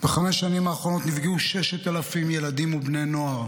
בחמש השנים האחרונות נפגעו 6,000 ילדים ובני נוער